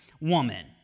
woman